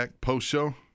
post-show